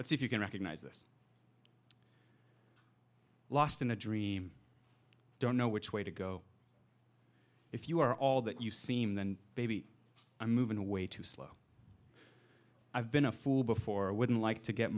let's see if you can recognize this lost in a dream i don't know which way to go if you are all that you seem then baby i'm moving away too slow i've been a fool before wouldn't like to get